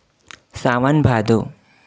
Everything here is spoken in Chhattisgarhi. सावन भादो